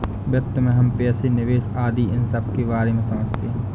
वित्त में हम पैसे, निवेश आदि इन सबके बारे में समझते हैं